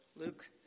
Luke